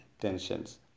tensions